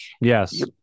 Yes